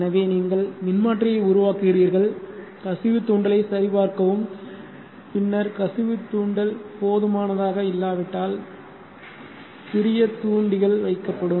எனவே நீங்கள் மின்மாற்றியை உருவாக்குகிறீர்கள் கசிவு தூண்டலைச் சரிபார்க்கவும் பின்னர் கசிவு தூண்டல் போதுமானதாக இல்லாவிட்டால் சிறிய தூண்டிகள் வைக்கப்படும்